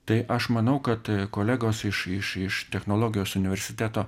tai aš manau kad kolegos iš iš iš technologijos universiteto